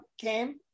came